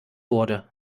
wurde